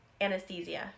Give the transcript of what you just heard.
Anesthesia